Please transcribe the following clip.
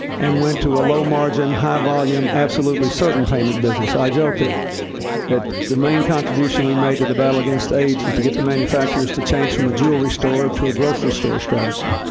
and went to a low-margin, high-volume, absolutely certain-payment business. i joked that that the main contribution we made to the battle against aids was to get the manufacturers to change from a jewelry store to a grocery store strategy.